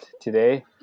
today